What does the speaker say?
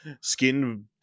skin